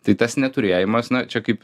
tai tas neturėjimas na čia kaip